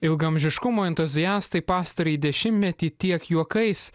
ilgaamžiškumo entuziastai pastarąjį dešimtmetį tiek juokais